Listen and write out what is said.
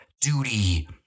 Duty